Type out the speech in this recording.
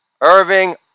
Irving